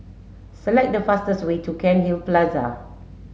select the fastest way to Cairnhill Plaza